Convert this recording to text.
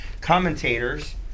Commentators